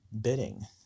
bidding